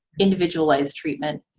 individualize treatment?